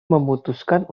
memutuskan